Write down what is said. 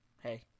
Hey